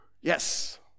Yes